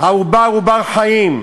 העובר הוא בר-חיים.